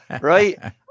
right